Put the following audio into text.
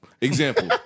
example